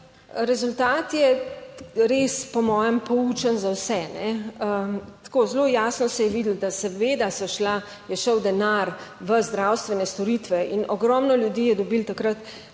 rezultat je res po mojem poučen za vse. Tako zelo jasno se je videlo, da seveda je šel denar v zdravstvene storitve in ogromno ljudi je dobilo takrat